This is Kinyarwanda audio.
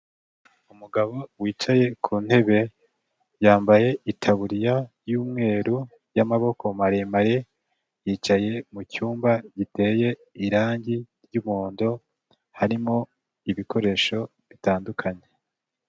Umugabo wicaye ku ntebe, yambaye itaburiya y'umweru y'amaboko maremare, yicaye mu cyumba giteye irangi ry'umuhondo, harimo ibikoresho bitandukanye.